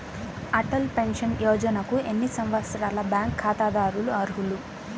Atal pension యోజనకు ఎన్ని సంవత్సరాల బ్యాంక్ ఖాతాదారులు అర్హులు?